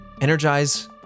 energize